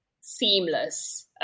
seamless